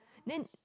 then